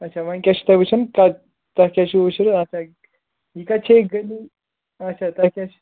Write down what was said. اچھا وۅنۍ کیٛاہ چھُو تۄہہِ وُچھن کَتہِ تۄہہِ کیٛاہ چھُو وٕچھُو اَتھا یہِ کَتہِ چھےٚ اچھا تۄہہِ کیٛاہ چھُ